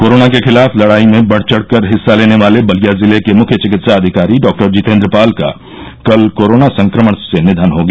corona के खिलाफ लड़ाई में बढ़चढ़कर हिस्सा लेने वाले बलिया जिले के मुख्य चिकित्सा अधिकारी डॉक्टर जितेन्द्र पाल का कल कोरोना संक्रमण से निधन हो गया